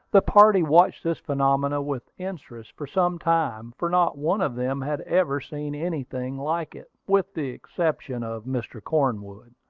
the party watched this phenomenon with interest for some time, for not one of them had ever seen anything like it, with the exception of mr. cornwood.